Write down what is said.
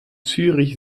zürich